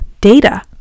data